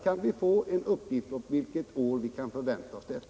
Kan vi få en uppgift om vilket år vi kan förvänta oss detta?